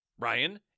Ryan